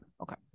okay